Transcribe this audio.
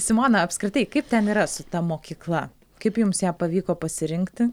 simona apskritai kaip ten yra su ta mokykla kaip jums ją pavyko pasirinkti